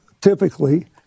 typically